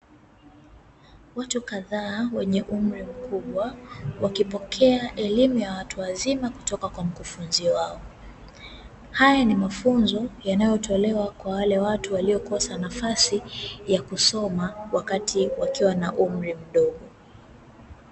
Watu kadhaa wenye umri mkubwa wakipokea elimu ya watu wazima kutoka kwa mkufunzi wao. Haya ni mafunzo yanayotolewa kwa wale watu waliokosa nafasi ya kusoma wakati wakiwa na umri mdogo.